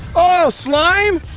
oh, slime?